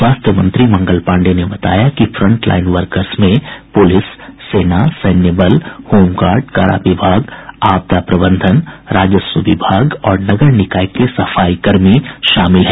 स्वास्थ्य मंत्री मंगल पांडेय ने बताया कि फ्रंट लाईन वर्कर्स में पुलिस सेना सैन्य बल होमगार्ड कारा विभाग आपदा प्रबंधन राजस्व विभाग और नगर निकाय के सफाई कर्मी शामिल हैं